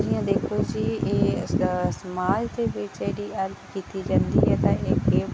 जियां दिक्खो जी एह् स्माल दे बिच जेह्ड़ी कीती जंदी ऐ ते एह् केह्